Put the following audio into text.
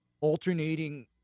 alternating